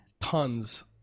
tons